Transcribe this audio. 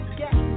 get